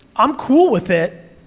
i'm cool with it,